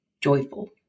joyful